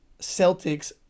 Celtics